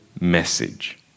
message